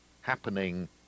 happening